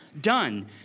done